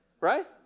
right